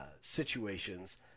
situations